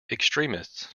extremists